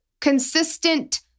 consistent